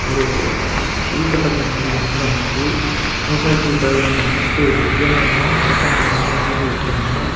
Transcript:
ஒரு உள்கட்டமைப்பு மையம் வந்து அமைத்து விவசாயத்துக்கு தேவையான அனைத்து இயந்திரங்களும் அரசாங்கம் மூலமாக வாங்கி வச்சிட்டாங்கனால்